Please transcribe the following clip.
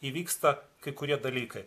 įvyksta kai kurie dalykai